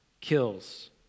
kills